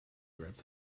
grabbed